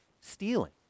stealing